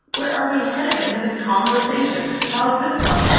where are we headed in this conversation? how's this one?